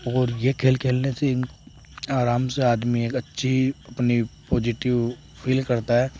और यह खेल खेलने से आराम से आदमी एक अच्छी अपनी पॉजिटिव फील करता है